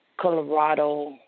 Colorado